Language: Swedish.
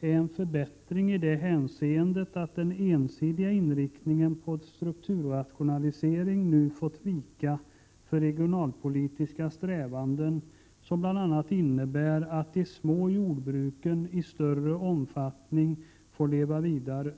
är en förbättring i det hänseendet att den ensidiga inriktningen på strukturrationalisering nu fått vika för regionalpolitiska strävanden, som bl.a. innebär att de små jordbruken i större omfattning får leva vidare.